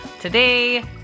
Today